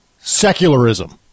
secularism